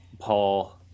Paul